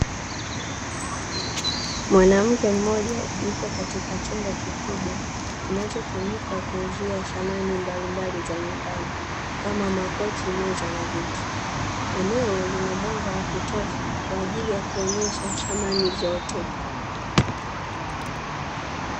Mwanamke mmoja yupo katika chumba kikubwa kinachotumika kuuzia samani mbalimbali za nyumbani kama makochi, meza na viti. Eneo lina mwanga wa kutosha kwa ajili ya kuonyesha samani zote.